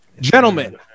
Gentlemen